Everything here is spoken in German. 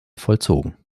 vollzogen